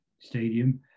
stadium